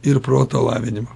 ir proto lavinimo